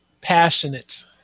passionate